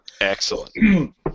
Excellent